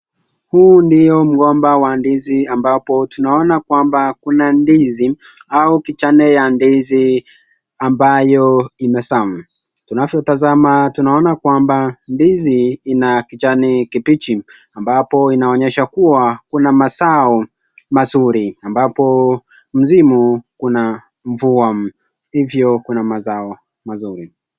Huu ndiyo mgomba wa ndizi ambapo tunaona kwamba kuna ndizi au kichane ya ndizi ambayo imezaa. Tunavyotazama tunaona kwamba ndizi ina kijani kibichi ambapo inaonyesha kuwa kuna mazao mazuri ambapo nchini kuna mvua hivyo kuna mazao mazuri.